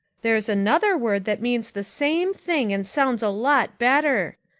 there's another word that means the same thing and sounds a lot better,